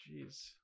jeez